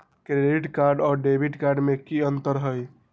Credit card और debit card में की अंतर हई?